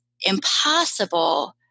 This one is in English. impossible